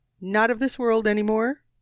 not-of-this-world-anymore